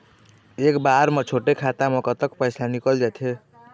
एक बार म छोटे खाता म कतक पैसा निकल जाथे?